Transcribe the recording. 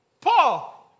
Paul